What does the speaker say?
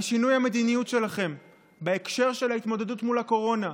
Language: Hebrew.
על שינוי המדיניות שלכם בהקשר של ההתמודדות עם הקורונה.